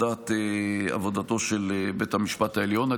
את עבודתו של בית המשפט העליון.